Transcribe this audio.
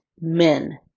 men